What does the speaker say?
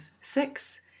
six